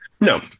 No